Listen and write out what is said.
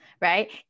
right